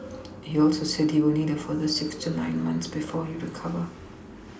he also said he will need a further six to nine months before he recover